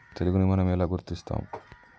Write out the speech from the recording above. తెగులుని మనం ఎలా గుర్తిస్తాము?